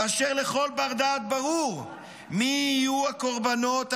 כאשר לכל בר-דעת ברור מי יהיו הקורבנות העיקריים,